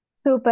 Super